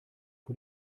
vor